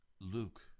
Luke